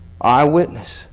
Eyewitness